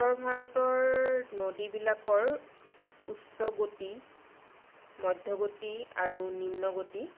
উত্তৰ ভাৰতৰ নদীবিলাকৰ উচ্চ গতি মধ্য গতি আৰু নিম্ন গতি